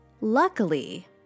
luckily